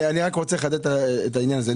אני רוצה לחדד את העניין הזה.